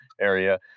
area